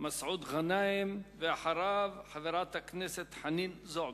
מסעוד גנאים, ואחריו, חברת הכנסת חנין זועבי.